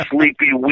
Sleepy